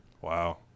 Wow